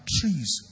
trees